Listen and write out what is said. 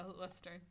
western